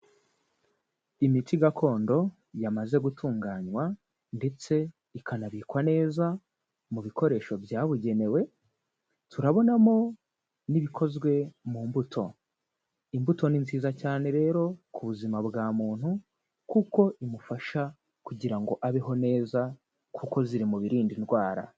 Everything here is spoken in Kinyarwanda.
Imiti gakondo yamaze gutunganywa, ndetse ikanabikwa neza mu bikoresho byabugenewe, turabonamo n'ibikozwe mu mbuto. Imbuto ni nziza cyane rero ku buzima bwa muntu, kuko imufasha kugira ngo abeho neza, kuko ziri mu birinda indwara.